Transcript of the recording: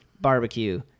barbecue